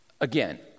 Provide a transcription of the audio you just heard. Again